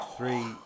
Three